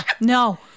No